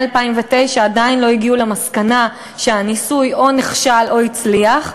מ-2009 עדיין לא הגיעו למסקנה שהניסוי נכשל או הצליח,